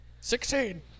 Sixteen